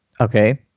Okay